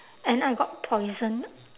and I got poisoned